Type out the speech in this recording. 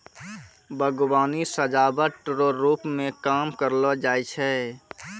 बागवानी सजाबट रो रुप मे काम करलो जाय छै